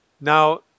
Now